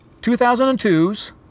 2002's